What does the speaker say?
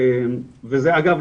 וזה אגב,